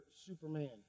Superman